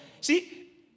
See